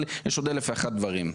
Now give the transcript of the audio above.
אבל יש עוד 1,001 דברי.